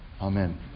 Amen